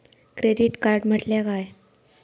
Credit card म्हटल्या काय?